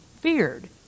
feared